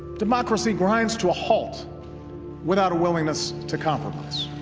democracy grinds to a halt without a willingness to compromise.